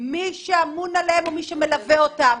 מי שאמון עליהם ומי שמלווה אותם.